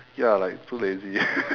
ya like too lazy